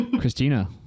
Christina